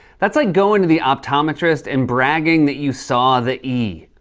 that's like going to the optometrist and bragging that you saw the e.